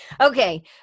Okay